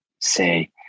say